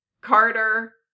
Carter